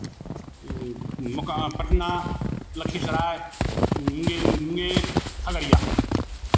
मोका पटना लखीसराय मुंगे मुंगेर खगरिया